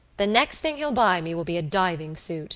the next thing he'll buy me will be a diving suit